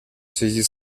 связи